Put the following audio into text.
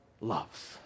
loves